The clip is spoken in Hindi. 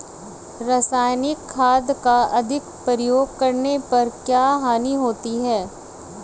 रासायनिक खाद का अधिक प्रयोग करने पर क्या हानि होती है?